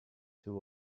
too